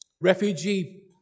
Refugee